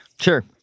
Sure